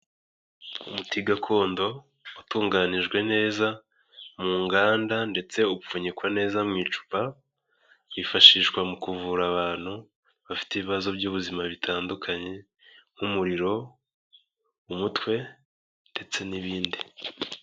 Umuti gakondo utunganijwe neza mu nganda ndetse upfunyikwa neza mu icupa, wifashishwa mu kuvura abantu bafite ibibazo by'ubuzima bitandukanye nk'umuriro, umutwe ndetse n'ibindi.